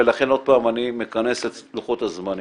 ואני עוד פעם מכנס את לוחות הזמנים.